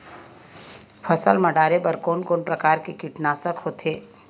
फसल मा डारेबर कोन कौन प्रकार के कीटनाशक होथे?